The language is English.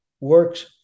works